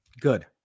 Good